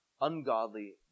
ungodly